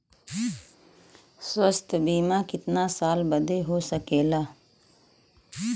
स्वास्थ्य बीमा कितना साल बदे हो सकेला?